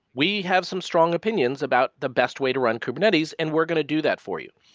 we have some strong opinions about the best way to run kubernetes and we're going to do that for you.